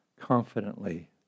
confidently